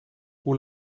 hoe